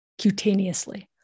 cutaneously